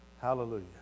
Hallelujah